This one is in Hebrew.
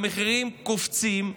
המחירים קופצים.